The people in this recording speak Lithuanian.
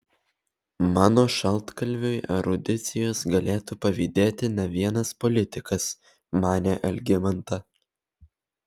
mano šaltkalviui erudicijos galėtų pavydėti ne vienas politikas manė algimanta